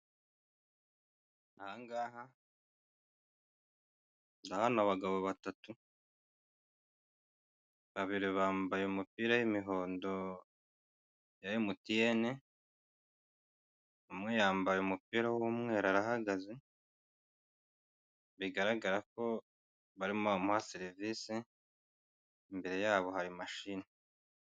Aha ngaha ndabona abagabo batatu, babiri bambaye imipira y'umuhondo ya MTN umwe yambaye w'umweru arahagaze bigaragara ko barimo bamuha serivise imbere yabo hari machine.